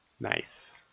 Nice